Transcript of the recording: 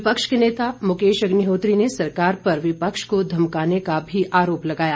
विपक्ष के नेता मुकेश अग्निहोत्री ने सरकार पर विपक्ष को धमकाने का भी आरोप लगाया